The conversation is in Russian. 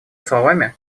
словами